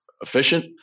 efficient